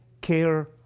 care